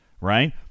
right